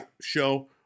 show